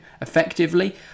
effectively